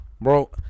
Bro